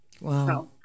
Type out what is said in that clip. Wow